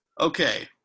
okay